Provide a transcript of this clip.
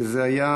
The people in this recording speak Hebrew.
וזה היה